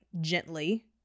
gently